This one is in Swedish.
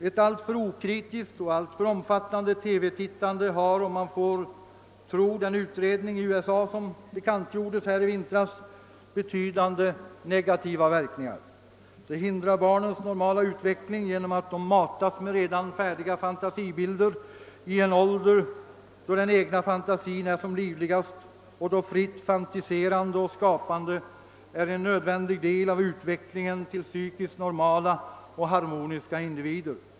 Ett alltför okritiskt och alltför omfattande TV tittande har, om man får tro den utredning i USA som bekantgjordes här i vintras, betydande negativa verkningar. Det hindrar barnens normala utveckling genom att de matas med redan färdiga fantasibilder i en ålder, då den egna fantasin är som livligast och då fritt fantiserande och skapande är en nödvändig del av utvecklingen till psykiskt normala och harmoniska individer.